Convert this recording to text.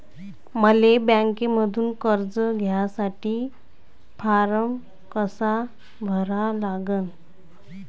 मले बँकेमंधून कर्ज घ्यासाठी फारम कसा भरा लागन?